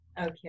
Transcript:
Okay